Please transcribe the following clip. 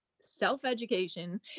self-education